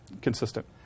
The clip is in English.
consistent